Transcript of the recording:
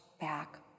back